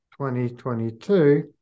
2022